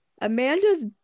Amanda's